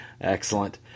Excellent